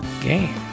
game